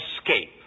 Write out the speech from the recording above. escape